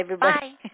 Bye